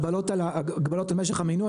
הגבלות על משך המינוי,